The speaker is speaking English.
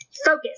focus